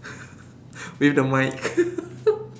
with the mic